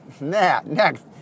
Next